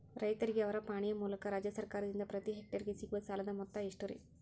ರೈತರಿಗೆ ಅವರ ಪಾಣಿಯ ಮೂಲಕ ರಾಜ್ಯ ಸರ್ಕಾರದಿಂದ ಪ್ರತಿ ಹೆಕ್ಟರ್ ಗೆ ಸಿಗುವ ಸಾಲದ ಮೊತ್ತ ಎಷ್ಟು ರೇ?